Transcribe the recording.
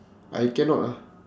I cannot ah